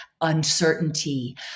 uncertainty